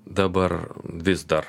dabar vis dar